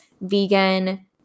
vegan